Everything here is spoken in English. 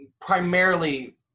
primarily